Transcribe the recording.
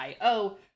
io